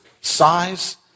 Size